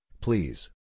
please